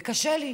וקשה לי,